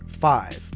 five